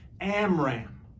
Amram